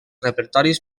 repertoris